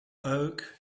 oak